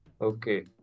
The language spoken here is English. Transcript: Okay